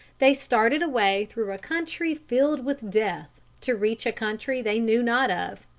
they started away through a country filled with death, to reach a country they knew not of.